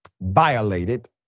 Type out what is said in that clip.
violated